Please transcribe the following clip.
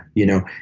you know?